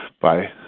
Bye